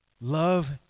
love